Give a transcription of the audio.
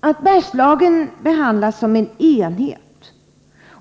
Att Bergslagen behandlas som en enhet